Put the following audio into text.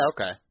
okay